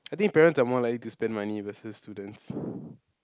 I think parents are more likely to spend money versus students